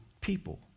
people